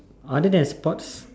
other than sports